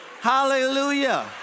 Hallelujah